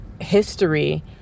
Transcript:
history